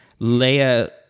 Leia